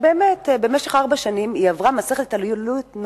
שחלק מהתושבים וחלק מהבתים של עילוט מצויים